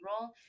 role